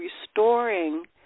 restoring